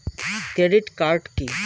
Credit card key?